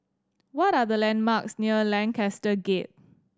what are the landmarks near Lancaster Gate